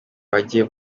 bajye